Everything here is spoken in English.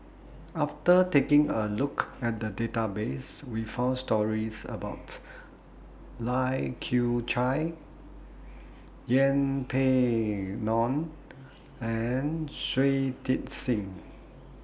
after taking A Look At The Database We found stories about Lai Kew Chai Yeng Pway Ngon and Shui Tit Sing